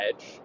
edge